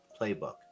playbook